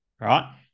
Right